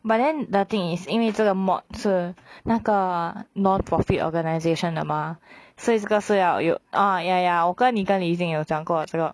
but then the thing is 因为这个 mod 是那个 non-profit organisation 的 mah 所以这个是要有 oh ya ya 跟你跟你一定有讲过这个